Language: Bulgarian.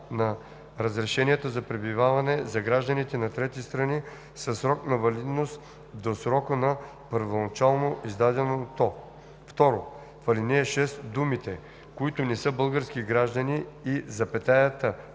на разрешенията за пребиваване за гражданите на трети страни със срок на валидност до срока на първоначално издаденото“. 2. В ал. 6 думите „които не са български граждани“ и запетаята